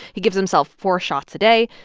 he gives himself four shots a day,